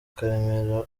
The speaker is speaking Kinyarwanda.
karemera